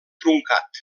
truncat